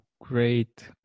great